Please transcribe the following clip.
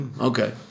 Okay